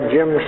Jim